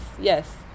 yes